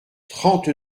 trente